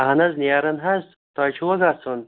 اَہَن حظ نیران حظ تۄہہِ چھُوا گَژھُن